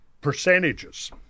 percentages